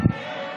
התשפ"א 2021,